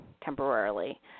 temporarily